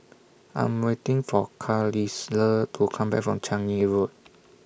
I'm waiting For Carlisle to Come Back from Changi Road